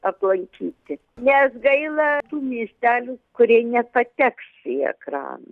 aplankyti nes gaila tų miestelių kurie nepateks į ekraną